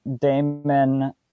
Damon